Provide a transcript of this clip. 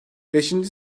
beşinci